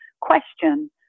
question